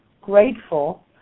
grateful